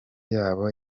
yabo